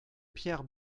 pierre